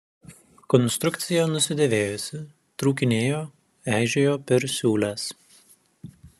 konstrukcija nusidėvėjusi trūkinėjo eižėjo per siūles